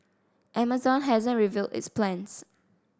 amazon hasn't revealed its plans